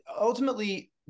ultimately